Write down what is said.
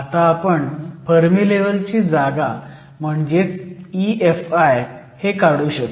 आता आपण फर्मी लेव्हलची जागा म्हणजे EFi काढू शकतो